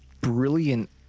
brilliant